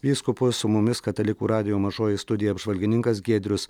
vyskupus su mumis katalikų radijo mažoji studija apžvalgininkas giedrius